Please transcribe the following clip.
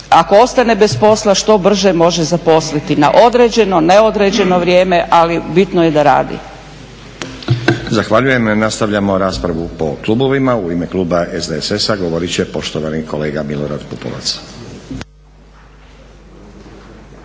ako ostane bez posla što brže može zaposliti na određeno, neodređeno vrijeme, ali bitno je da radi. **Stazić, Nenad (SDP)** Zahvaljujem. Nastavljamo raspravu po klubovima. U ime kluba SDSS-a govorit će poštovani kolega Milorad Pupovac.